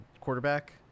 quarterback